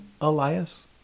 Elias